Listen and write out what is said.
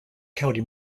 county